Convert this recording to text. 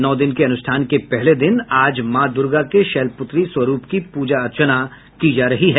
नौ दिन के अनुष्ठान के पहले दिन आज मां दूर्गा के शैल पुत्री स्वरूप की पूजा अर्चना की जा रही है